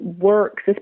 works